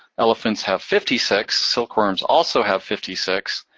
elephants have fifty six, silkworms also have fifty six.